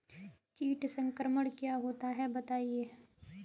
कीट संक्रमण क्या होता है बताएँ?